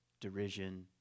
derision